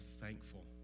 thankful